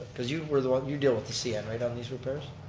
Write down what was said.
cause you were the one, you deal with the cn, right, on these repairs.